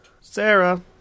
Sarah